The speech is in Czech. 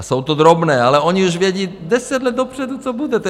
Jsou to drobné, ale oni už vědí deset let dopředu, co bude.